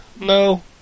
no